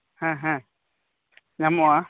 ᱦᱮᱸ ᱦᱮᱸ ᱧᱟᱢᱚᱜ ᱟ